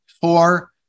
four